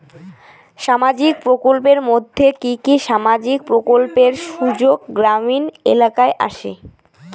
সামাজিক প্রকল্পের মধ্যে কি কি সামাজিক প্রকল্পের সুযোগ গ্রামীণ এলাকায় আসে?